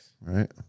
Right